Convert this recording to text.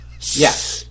Yes